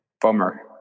Bummer